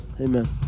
Amen